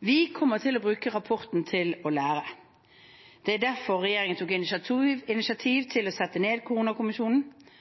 Vi kommer til å bruke rapporten til å lære. Det var derfor regjeringen tok initiativ til å sette ned